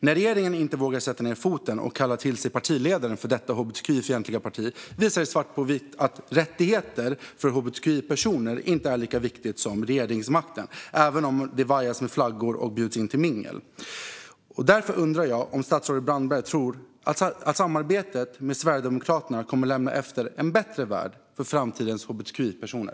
När regeringen inte vågar sätta ned foten och kalla till sig partiledaren för detta hbtqi-fientliga parti visar det svart på vitt att rättigheter för hbtqi-personer inte är lika viktiga som regeringsmakten, även om det vajas med flaggor och bjuds in till mingel. Därför undrar jag om statsrådet Brandberg tror att samarbetet med Sverigedemokraterna kommer att lämna efter sig en bättre värld för framtidens hbtqi-personer.